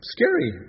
Scary